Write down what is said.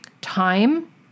time